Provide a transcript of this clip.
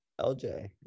LJ